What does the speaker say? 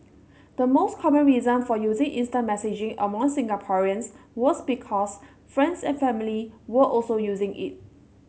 the most common reason for using instant messaging among Singaporeans was because friends and family were also using it